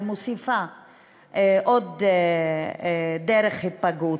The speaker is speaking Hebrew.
אני מוסיפה עוד דרך היפגעות.